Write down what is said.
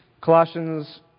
Colossians